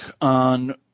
on